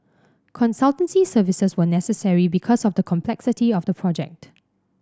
consultancy services were necessary because of the complexity of the project